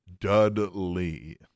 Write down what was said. Dudley